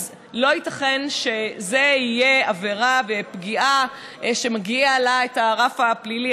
אז לא ייתכן שזה יהיה עבירה ופגיעה שמגיע להן הרף הפלילי.